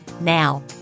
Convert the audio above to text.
Now